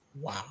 Wow